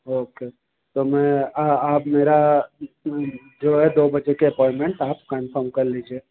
okay तो मैं आ आप मेरा जो है दो बजे के अपॉइंटमेंट आप कन्फर्म कर लीजिए